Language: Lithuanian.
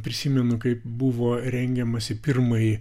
prisimenu kaip buvo rengiamasi pirmąjį